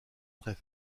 très